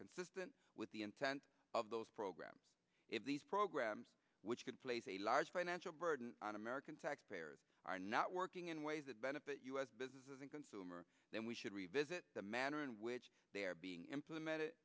consistent with the intent of those programs if these programs which could place a large financial burden on american taxpayers are not working in ways that benefit u s businesses and consumers then we should revisit the manner in which they are being implemented